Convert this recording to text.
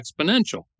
exponential